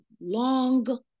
long